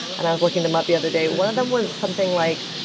and i was looking them up the other day. one of them was something like,